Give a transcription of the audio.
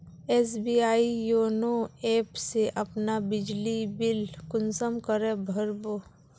SBI YONO app से अपना बिजली बिल कुंसम करे भर बो?